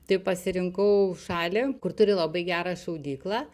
tai pasirinkau šalį kur turi labai gerą šaudyklą